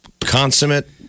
consummate